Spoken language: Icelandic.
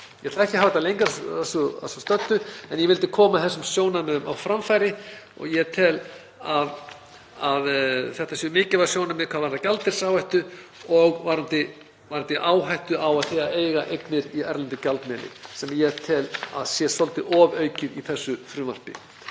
Ég ætla ekki að hafa þetta lengra að svo stöddu en ég vildi koma þessum sjónarmiðum á framfæri og ég tel að þetta séu mikilvæg sjónarmið hvað varðar gjaldeyrisáhættu og varðandi áhættu af því að eiga eignir í erlendum gjaldmiðli sem ég tel að sé svolítið ofaukið í þessu frumvarpi.